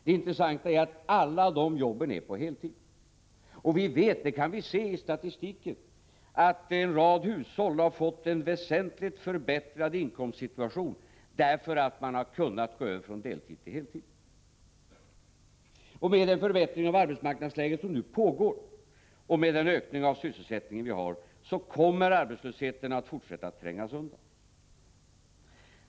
Det intressanta är att alla dessa jobb är på heltid. Vi vet — det kan vi se i statistiken — att en rad hushåll fått en väsentligt förbättrad inkomstsituation därför att man har kunnat gå över från deltid till heltid. Med den förbättring av arbetsmarknadsläget som nu pågår och med den ökning av sysselsättningen som vi nu har kommer arbetslösheten att fortsätta att trängas undan.